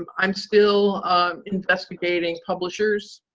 um i'm still investigating publishers.